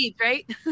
Right